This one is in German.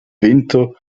winter